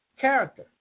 character